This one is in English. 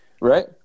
Right